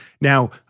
now